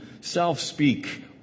self-speak